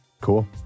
Cool